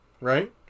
right